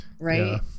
right